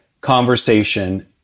conversation